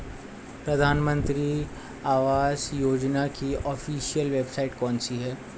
प्रधानमंत्री आवास योजना की ऑफिशियल वेबसाइट कौन सी है?